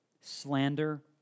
slander